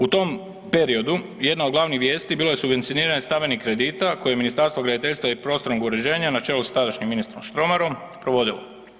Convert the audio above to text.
U tom periodu jedna od glavnih vijesti bila je subvencioniranje stambenih kredita koje je Ministarstvo graditeljstva i prostornog uređenja na čelu s tadašnjim ministrom Štromarom, provodilo.